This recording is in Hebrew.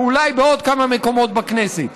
ואולי בעוד כמה מקומות בכנסת.